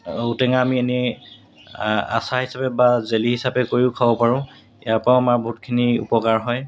ঔটেঙা আমি এনেই আচাৰ হিচাপে বা জেলি হিচাপে কৰিও খাব পাৰোঁ ইয়াৰপৰাও আমাৰ বহুতখিনি উপকাৰ হয়